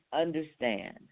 understand